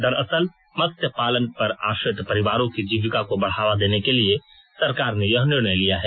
दरअसल मत्स्य पालन पर आश्रित परिवारों की जीविका को बढ़ावा देने के लिए सरकार ने यह निर्णय लिया है